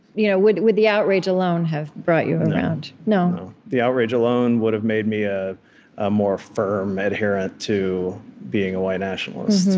you know would would the outrage alone have brought you around? no the outrage alone would have made me ah a more firm adherent to being a white nationalist.